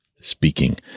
speaking